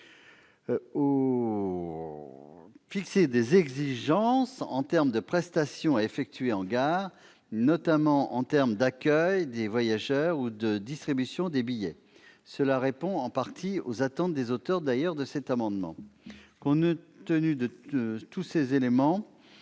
fixer des exigences sur les prestations à effectuer en gare, notamment en termes d'accueil des voyageurs ou de distribution des billets. Cela répond d'ailleurs en partie aux attentes des auteurs de l'amendement. Compte tenu de ces éléments,